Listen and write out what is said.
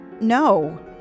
No